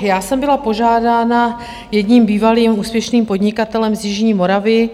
Já jsem byla požádána jedním bývalým úspěšným podnikatelem z jižní Moravy.